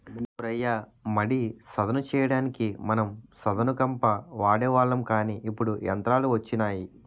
ఓ రయ్య మడి సదును చెయ్యడానికి మనం సదును కంప వాడేవాళ్ళం కానీ ఇప్పుడు యంత్రాలు వచ్చినాయి